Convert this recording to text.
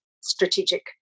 strategic